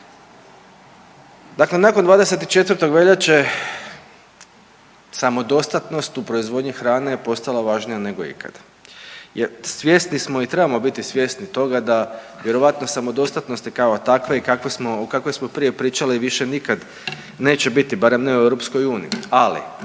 Dakle nakon 24. veljače samodostatnost u proizvodnji hrane je postala važnija nego ikad jer svjesni smo i trebamo biti svjesni toga da vjerovatno samodostatnost je kao takva i kakvo smo prije pričali više nikad neće biti, barem ne u EU, ali